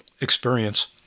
experience